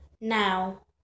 now